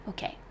Okay